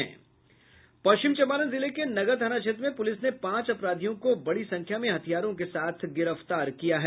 पश्चिम चम्पारण जिले के नगर थाना क्षेत्र में पुलिस ने पांच अपराधियों को बड़ी संख्या में हथियारों के साथ गिरफ्तार किया है